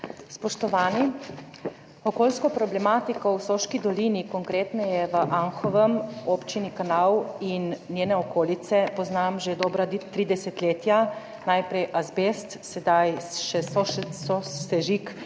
Spoštovani! Okoljsko problematiko v Soški dolini, konkretneje v Anhovem v Občini Kanal in njeni okolici, poznam že dobra tri desetletja, najprej azbest, sedaj sosežig